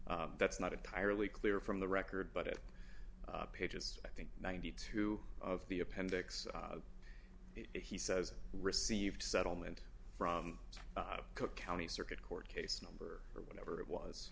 that's not entirely clear from the record but it pages i think ninety two of the appendix it he says received settlement from cook county circuit court case number or whatever it